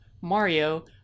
Mario